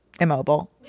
immobile